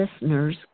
listeners